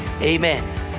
Amen